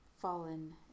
fallen